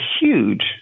huge